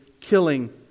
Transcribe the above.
killing